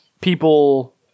people